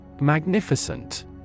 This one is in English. Magnificent